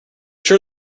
sure